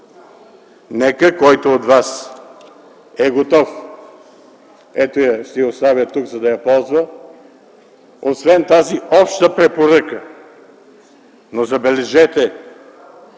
Нека който от вас е готов, ето я, ще я оставя тук, за да я ползва, освен тази обща препоръка, но, забележете,